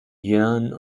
jörn